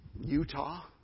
Utah